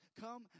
Come